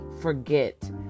forget